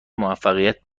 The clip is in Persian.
موفقیت